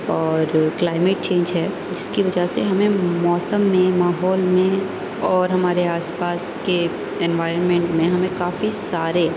اور climate change ہے جس کی وجہ سے ہمیں موسم میں ماحول میں اور ہمارے آس پاس کے انوائرمنٹ میں ہمیں کافی سارے